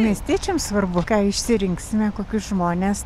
miestiečiam svarbu ką išsirinksime kokius žmones